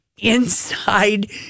Inside